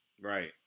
right